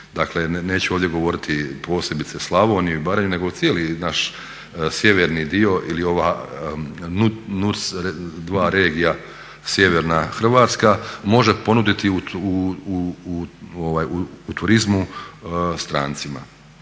dakle neću ovdje govoriti posebice Slavoniju i Baranju, nego cijeli naš sjeverni dio ili ova NUTS 2 regija sjeverna Hrvatska može ponuditi u turizmu strancima,